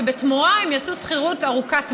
ובתמורה הם יעשו שכירות ארוכת טווח,